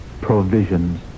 provisions